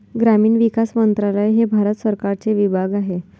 ग्रामीण विकास मंत्रालय हे भारत सरकारचे विभाग आहे